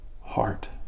heart